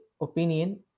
opinion